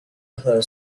her